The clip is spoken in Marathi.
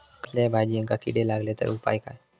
कसल्याय भाजायेंका किडे लागले तर उपाय काय?